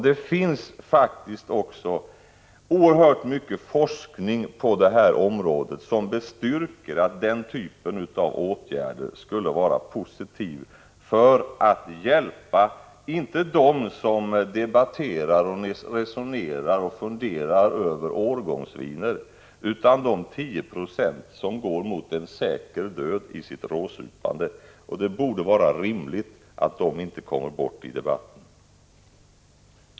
Det finns faktiskt också oerhört mycket forskning på det här området som bestyrker att den typen av åtgärder skulle vara positiv för att hjälpa, inte dem som debatterar och resonerar och funderar över årgångsviner utan de 10 96 som går mot en säker död i sitt råsupande. Det borde vara rimligt att de inte kommer bort i debatten.